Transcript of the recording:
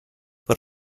but